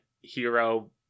hero